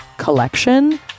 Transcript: collection